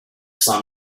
saw